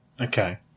Okay